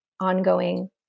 ongoing